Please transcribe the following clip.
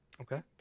Okay